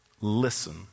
listen